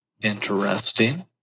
Interesting